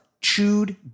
chewed